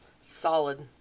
Solid